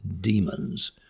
demons